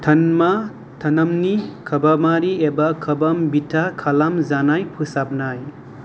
तनमा तनमनि ख'बामारि एबा ख'बाम बिथा खालाम जानाय फोसाबनाय